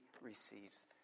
receives